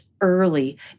Early